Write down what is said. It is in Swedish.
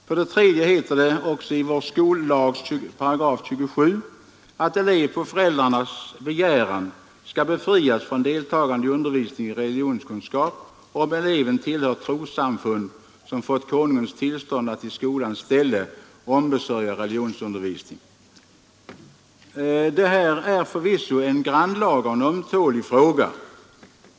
För det tredje heter det i vår skollags 27§ bl.a. att elev på föräldrarnas begäran skall befrias från deltagande i undervisning i religionskunskap, om eleven tillhör trossamfund som fått Konungens tillstånd att i skolans ställe ombesörja religionsundervisning. Detta är förvisso en grannlaga och ömtålig fråga.